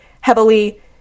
heavily